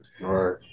right